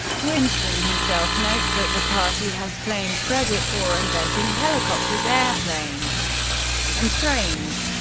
winston himself notes that the party has claimed credit for inventing helicopters, airplanes and trains,